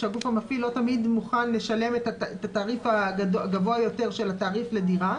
שהגוף המפעיל לא תמיד מוכן לשלם את התעריף הגבוה יותר של התעריף לדירה